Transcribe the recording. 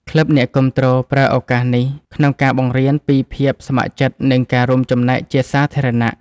ក្លឹបអ្នកគាំទ្រប្រើឱកាសនេះក្នុងការបង្រៀនពីភាពស្ម័គ្រចិត្ត និងការរួមចំណែកជាសាធារណៈ។